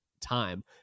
time